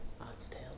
oxtail